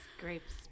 Grapes